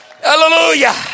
Hallelujah